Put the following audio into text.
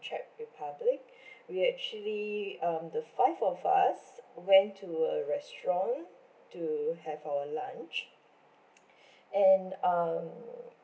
czech republic we actually um the five of us went to a restaurant to have our lunch and um